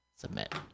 submit